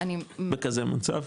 בכזה מצב?